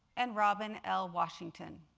and robin l. washington.